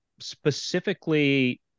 specifically